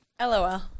LOL